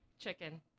Chicken